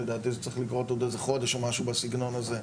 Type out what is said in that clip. לדעתי זה צריך לקרות עוד חודש או משהו בסגנון הזה,